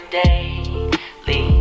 daily